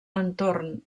entorn